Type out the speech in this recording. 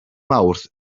mawrth